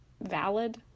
valid